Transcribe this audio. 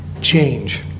change